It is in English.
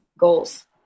goals